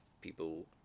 people